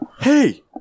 Hey